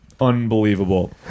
unbelievable